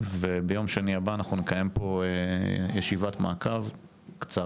וביום שני הבא אנחנו נקיים פה ישיבת מעקב קצרה,